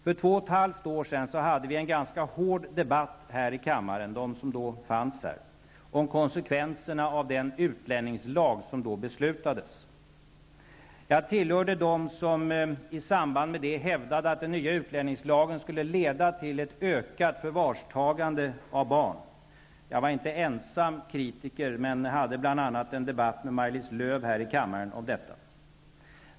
För två och ett halvt år sedan hade vi en ganska hård debatt i kammaren om konsekvenserna av den utlänningslag som det då fattades beslut om. Jag tillhörde dem som i samband med det hävdade att den nya utlänningslagen skulle leda till ett ökat förvarstagande av barn. Jag var inte ensam kritiker, men jag hade bl.a. en debatt med Maj-Lis Lööw i kammaren om detta.